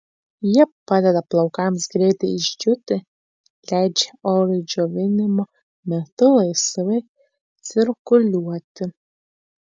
jie padeda plaukams greitai išdžiūti leidžia orui džiovinimo metu laisvai cirkuliuoti